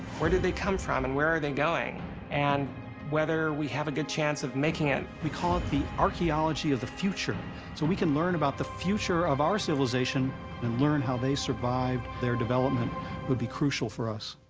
where did they come from and where are they going and whether we have a good chance of making it? we call it the archaeology of the future. so we can learn about the future of our civilization and learn how they survived their development would be crucial for us.